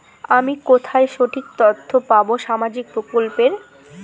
আমি কোথায় সঠিক তথ্য পাবো সামাজিক প্রকল্পের?